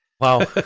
Wow